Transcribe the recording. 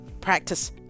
practice